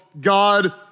God